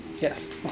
Yes